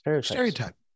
stereotype